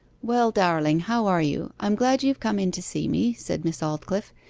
well, darling, how are you? i am glad you have come in to see me said miss aldclyffe.